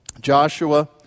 Joshua